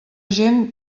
gent